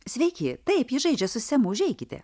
sveiki taip ji žaidžia su semu užeikite